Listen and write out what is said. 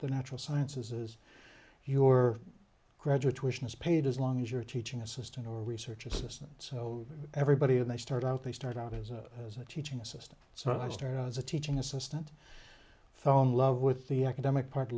the natural sciences your graduation is paid as long as your teaching assistant or research assistant so everybody and i start out they start out as a as a teaching assistant so i started out as a teaching assistant fell in love with the academic part